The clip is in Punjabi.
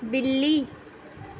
ਬਿੱਲੀ